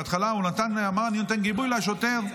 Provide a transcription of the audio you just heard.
בהתחלה הוא אמר שהוא נותן גיבוי לשוטר.